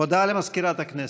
הודעה למזכירת הכנסת.